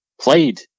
played